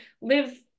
live